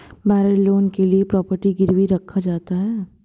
mortgage loan के लिए property गिरवी रखा जाता है